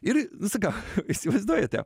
ir nu sakau įsivaizduojate